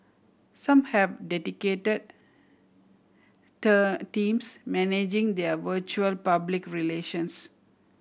some have dedicated term teams managing their virtual public relations